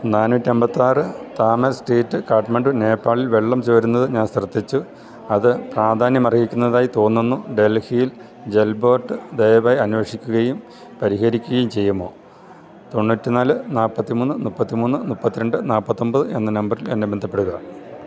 നാന്നൂറ്റി അൻപത്തി ആറ് താമെൽ സ്ട്രീറ്റ് കാഠ്മണ്ഡു നേപ്പാളിൽ വെള്ളം ചോരുന്നത് ഞാൻ ശ്രദ്ധിച്ചു അത് പ്രാധാന്യമർഹിക്കുന്നതായി തോന്നുന്നു ഡൽഹിയിൽ ജൽ ബോർഡ് ദയവായി അന്വേഷിക്കുകയും പരിഹരിക്കുകയും ചെയ്യാമോ തൊണ്ണൂറ്റി നാല് നാൽപ്പത്തി മൂന്ന് മുപ്പത്തി മൂന്ന് മുപ്പത്തി രണ്ട് നാൽപ്പത്തി അൻപത് എന്ന നമ്പറിൽ എന്നെ ബന്ധപ്പെടുക